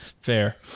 fair